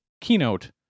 keynote